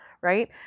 right